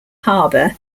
harbour